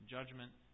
Judgment